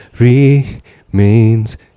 Remains